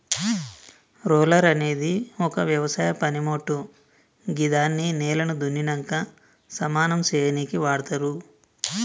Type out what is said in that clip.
roller అనేది ఒక వ్యవసాయ పనిమోట్టు గిదాన్ని నేలను దున్నినంక సమానం సేయనీకి వాడ్తరు